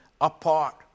apart